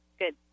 Good